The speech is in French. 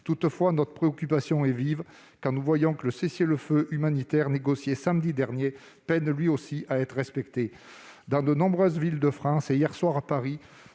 Toutefois, notre préoccupation est vive quand nous voyons que le cessez-le-feu humanitaire négocié samedi dernier peine, lui aussi, à être respecté. Dans de nombreuses villes de France, et hier soir à Paris,